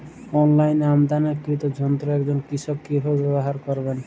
অনলাইনে আমদানীকৃত যন্ত্র একজন কৃষক কিভাবে ব্যবহার করবেন?